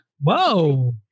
Whoa